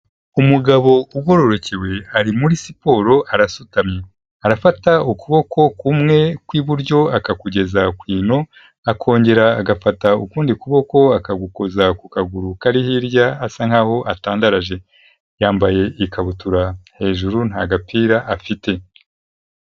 Umugabo ugororokewe, ari muri siporo arasutamye, arafata ukuboko kumwe kw'iburyo akakugeza ku ino, akongera agafata ukundi kuboko akagukoza ku kaguru kari hirya, asa nk'aho atandaraje, yambaye ikabutura hejuru nta gapira afite.